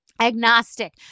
agnostic